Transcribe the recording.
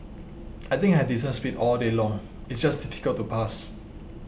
I think I had decent speed all day long it's just difficult to pass